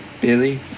billy